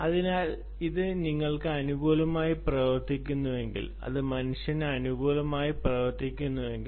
അതിനാൽ അത് നിങ്ങൾക്ക് അനുകൂലമായി പ്രവർത്തിക്കുന്നുവെങ്കിൽ അത് മനുഷ്യന് അനുകൂലമായി പ്രവർത്തിക്കുന്നുവെങ്കിൽ